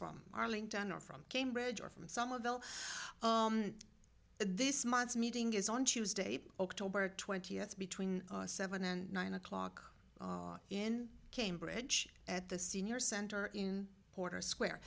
from arlington or from cambridge or from some of l this month's meeting is on tuesday october twentieth between seven and nine o'clock in cambridge at the senior center in puerto square